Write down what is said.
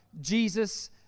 Jesus